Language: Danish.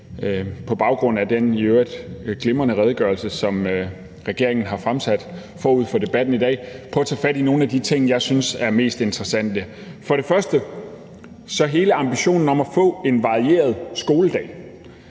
på baggrund af den i øvrigt glimrende redegørelse, som regeringen har fremsat forud for debatten i dag, og som jeg synes er mest interessante. Man kan i forhold til hele ambitionen om at få en varieret skoledag